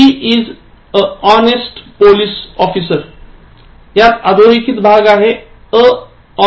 He is a honest police officer यात अधोरेखित भाग आहे a honest